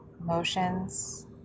emotions